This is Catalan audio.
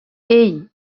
ell